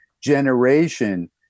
generation